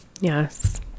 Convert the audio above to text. Yes